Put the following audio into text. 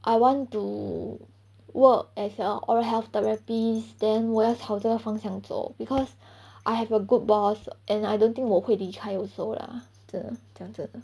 I want to work as a oral health therapist then 我要朝这个方向走 because I have a good boss and I don't think 我会离开 also lah 真的讲真的